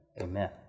amen